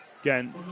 again